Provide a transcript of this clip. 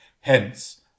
Hence